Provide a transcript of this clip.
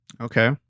okay